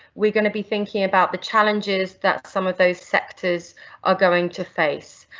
we're going to be thinking about the challenges that some of those sectors are going to face,